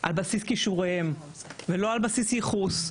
על בסיס כישוריהם ולא על בסיס ייחוס,